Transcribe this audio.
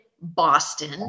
Boston